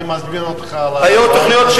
אני מזמין אותך, היו תוכניות,